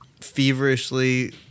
feverishly